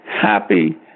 happy